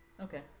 Okay